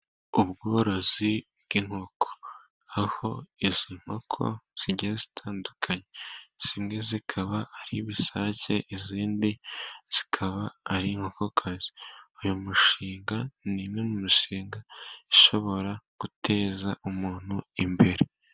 Ubworozi bw'inkoko, aho izo nkoko zigiye zitandukanye, zimwe zikaba ari ibisake, izindi zikaba ari inkokokazi, uyu mushinga ni umwe mu mishinga ushobora guteza umuntu imbere.